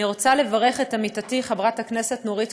ואני רוצה לברך את עמיתתי חברת הכנסת נורית